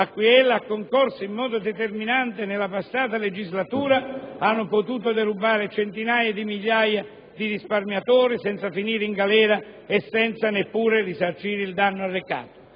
(a cui ella ha concorso in modo determinante nella passata legislatura) abbiano potuto derubare centinaia di migliaia di risparmiatori senza finire in galera e senza neppure risarcire il danno arrecato.